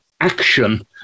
action